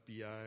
FBI